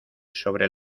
sobre